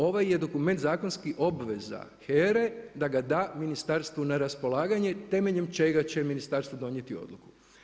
Ovaj je dokument zakonska obveza HERA-e da ga da ministarstvu na raspolaganje, temeljem čega će ministarstvo donijeti odluku.